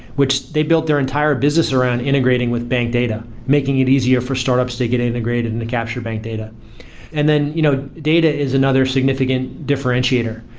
which they built their entire business around integrating with bank data, making it easier for startups startups to get integrated in the captured bank data and then you know data is another significant differentiator.